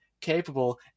capable